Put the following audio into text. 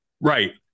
right